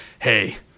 hey